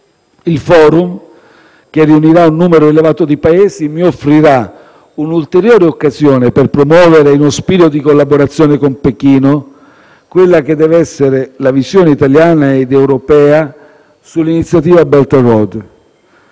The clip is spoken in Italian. Il Forum, che riunirà un numero elevato di Paesi, mi offrirà un'ulteriore occasione per promuovere, in uno spirito di collaborazione con Pechino, quella che deve essere la visione italiana ed europea sull'iniziativa Belt and Road.